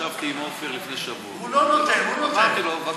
ישבתי עם עפר לפני שבוע, אמרתי לו: בבקשה.